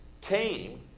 came